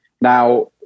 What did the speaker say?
now